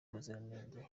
ubuziranenge